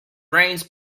rains